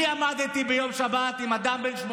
אני עמדתי ביום שבת עם אדם בן 80,